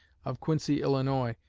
of quincy, illinois,